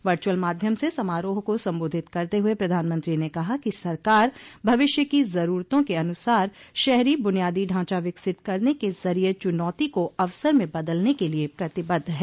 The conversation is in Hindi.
वर्चुअल माध्यम से समारोह को संबोधित करते हुए प्रधानमंत्री ने कहा कि सरकार भविष्य की जरूरतों के अनुसार शहरी बुनियादी ढांचा विकसित करने के जरिये चुनौती को अवसर में बदलने के लिए प्रतिबद्ध है